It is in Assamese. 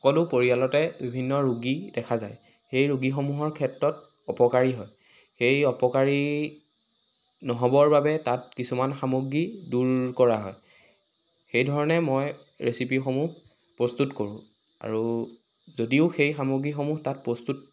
সকলো পৰিয়ালতে বিভিন্ন ৰোগী দেখা যায় সেই ৰোগীসমূহৰ ক্ষেত্ৰত অপকাৰী হয় সেই অপকাৰী নহ'বৰ কাৰণে তাত কিছুমান সামগ্ৰী দূৰ কৰা হয় সেইধৰণে মই ৰেচিপিসমূহ প্ৰস্তুত কৰোঁ আৰু যদিও সেই সামগ্ৰীসমূহ তাত প্ৰস্তুত